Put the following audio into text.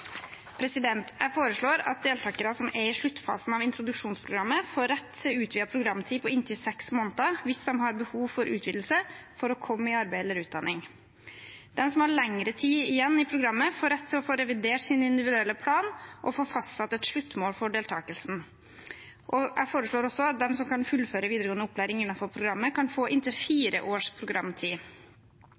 Jeg foreslår at deltakere som er i sluttfasen av introduksjonsprogrammet, får rett til utvidet programtid på inntil seks måneder hvis de har behov for utvidelse for å komme i arbeid eller utdanning. De som har lengre tid igjen i programmet, får rett til å få revidert sin individuelle plan og få fastsatt et sluttmål for deltakelsen. Jeg foreslår også at de som kan fullføre videregående opplæring innenfor programmet, kan få inntil fire års programtid.